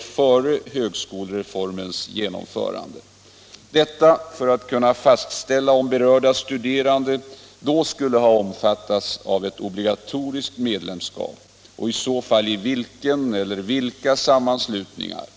före högskolereformens genomförande — detta för att kunna fastställa om berörda studerande då skulle ha omfattats av ett obligatoriskt medlemskap och i så fall i vilken eller vilka sammanslutningar.